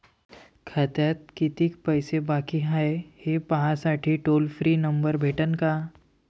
खात्यात कितीकं पैसे बाकी हाय, हे पाहासाठी टोल फ्री नंबर भेटन का?